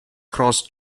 cross